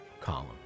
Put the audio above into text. column